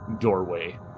doorway